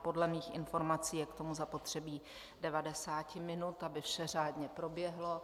Podle mých informací je k tomu zapotřebí devadesáti minut, aby vše řádně proběhlo.